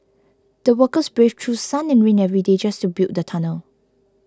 the workers braved through sun and rain every day just to build the tunnel